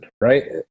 right